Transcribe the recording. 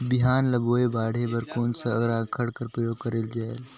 बिहान ल बोये बाढे बर कोन सा राखड कर प्रयोग करले जायेल?